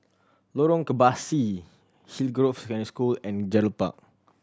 Lorong Kebasi Hillgrove Secondary School and Gerald Park